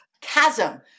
chasm